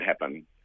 happen